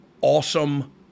awesome